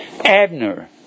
Abner